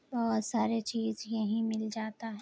اور سارے چیز یہیں مل جاتا ہے